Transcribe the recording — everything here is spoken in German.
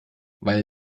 weil